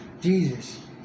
Jesus